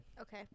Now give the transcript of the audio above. Okay